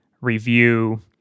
review